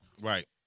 Right